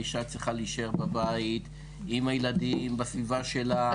אישה צריכה להישאר בבית עם הילדים ובסביבה שלה.